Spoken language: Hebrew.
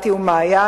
אתי ומעין,